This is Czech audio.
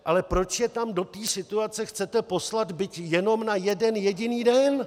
Ale proč je tam do této situace chcete poslat, byť jenom na jeden jediný den?